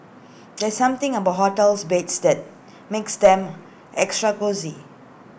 there something about hotels beds that makes them extra cosy